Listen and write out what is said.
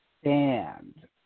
stand